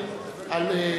על מה?